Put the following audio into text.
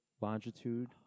Longitude